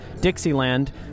Dixieland